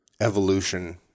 evolution